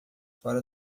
fora